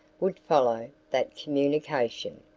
would follow that communication.